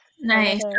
Nice